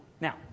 Now